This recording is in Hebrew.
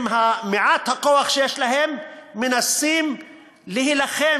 במעט הכוח שיש להם מנסים להילחם